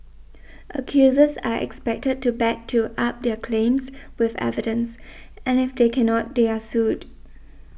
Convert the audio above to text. accusers are expected to back to up their claims with evidence and if they cannot they are sued